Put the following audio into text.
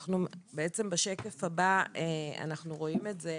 בעצם בשקף הבא אנחנו רואים את זה.